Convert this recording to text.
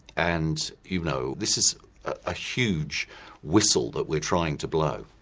and you know this is a huge whistle that we are trying to blow.